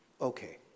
Okay